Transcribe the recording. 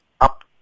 up